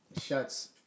Shuts